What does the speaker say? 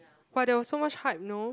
but there was so much hype no